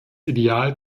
ideal